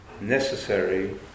necessary